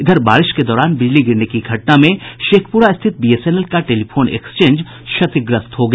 इधर बारिश के दौरान बिजली गिरने की घटना में शेखपुरा स्थित बीएसएनएल का टेलीफोन एक्सचेंज क्षतिग्रस्त हो गया